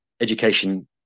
education